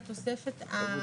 שאז התוספת לא ניתנה להם,